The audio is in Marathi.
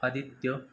आदित्य